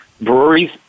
breweries